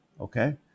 Okay